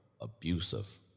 abusive